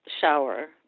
shower